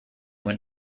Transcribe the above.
went